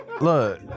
Look